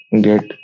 get